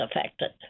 affected